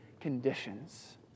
conditions